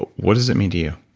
what does that mean to you?